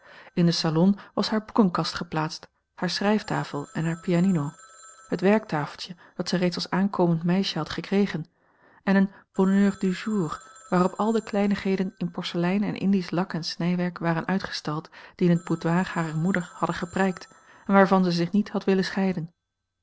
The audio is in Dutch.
in den salon was haar boekenkast geplaatst haar schrijftafel en hare pianino het werktafeltje dat zij reeds als aankomend meisje had gekregen en een bonheur du jour waarop al de kleinigheden in porselein en indisch lak en snijwerk waren uitgestald die in het boudoir harer moeder hadden geprijkt en waarvan zij zich niet had willen scheiden